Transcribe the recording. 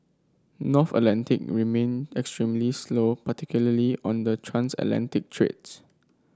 North Atlantic remained extremely slow particularly on the transatlantic trades